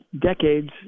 decades